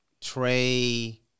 Trey